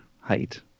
height